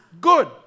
good